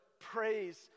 Praise